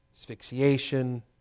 asphyxiation